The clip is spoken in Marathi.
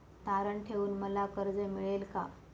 तारण ठेवून मला कर्ज मिळेल का?